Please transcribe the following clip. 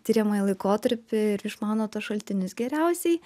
tiriamąjį laikotarpį ir išmano tuos šaltinius geriausiai